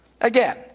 Again